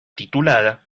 titulada